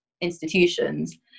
institutions